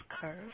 curve